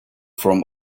from